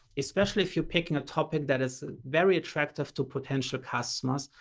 especially if you're picking a topic that is very attractive to potential customers,